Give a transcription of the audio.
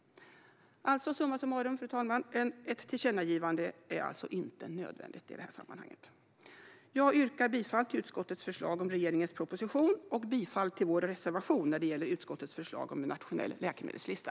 Fru talman! Summa summarum är alltså ett tillkännagivande inte nödvändigt i det här sammanhanget. Jag yrkar bifall till utskottets förslag om regeringens proposition och bifall till vår reservation när det gäller utskottets förslag om en nationell läkemedelslista.